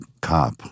cop